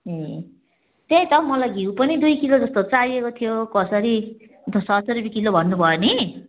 ए त्यही त हौ मलाई घिउ पनि दुई किलो जस्तो चाहिएको थियो कसरी अन्त छ सय रुप्पे किलो भन्नु भयो नि